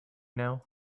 now